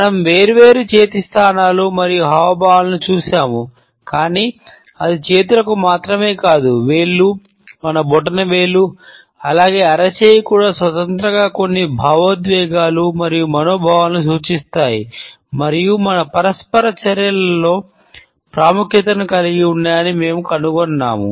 మనం వేర్వేరు చేతి స్థానాలు మరియు హావభావాలను చూశాము కానీ అది చేతులుకు మాత్రమే కాదు వేళ్లు మన బొటనవేలు అలాగే అరచేయీ కూడా స్వతంత్రంగా కొన్ని భావోద్వేగాలు మరియు మనోభావాలను సూచిస్తాయి మరియు మన పరస్పర చర్యలలో ప్రాముఖ్యతను కలిగి ఉన్నాయని మేము కనుగొన్నాము